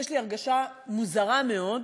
יש לי הרגשה מוזרה מאוד,